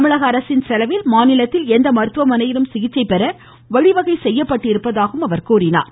தமிழக அரசின் செலவில் மாநிலத்தில் எந்த மருத்துவமனையிலும் சிகிச்சை பெற வழிவகை செய்யப்பட்டுள்ளதாகவும் கூறினார்